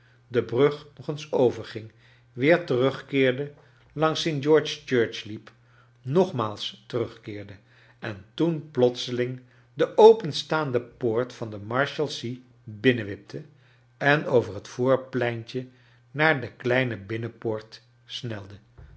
de brug nog eens overging weer terugkeerde langs st george's church liep nogmaals terugkeerde en toen plotseling de open staande poort van de marshalsea binnenwipte en over het voorpleintje naar de kleine binnenpoort snelde